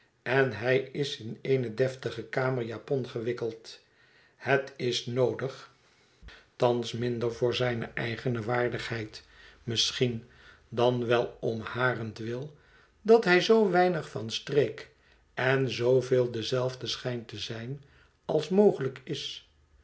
en luistert naar den voetstap dien hij verwacht in de ooren zijner oude voor zijne eigene waardigheid misschien dan wel om harentwil dat hij zoo weinig van streek en zooveel dezelfde schijnt te zijn als mogelijk is